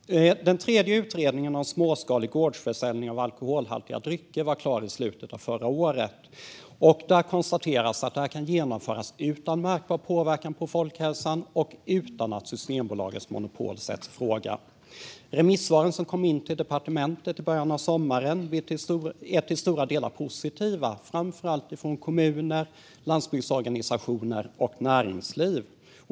Herr talman! Den tredje utredningen om småskalig gårdsförsäljning av alkoholhaltiga drycker var klar i slutet av förra året. Det konstateras att detta kan genomföras utan märkbar påverkan på folkhälsan och utan att Systembolagets monopol sätts i fråga. Remissvaren som kom till departementet i början av sommaren är till stora delar positiva, framför allt från kommuner, landsbygdsorganisationer och näringsliv.